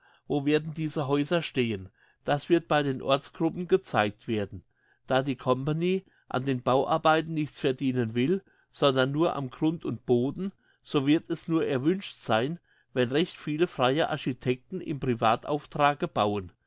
werden diese häuser stehen das wird bei den ortsgruppen gezeigt werden da die company an den bauarbeiten nichts verdienen will sondern nur am grund und boden so wird es nur erwünscht sein wenn recht viele freie architekten im privatauftrage bauen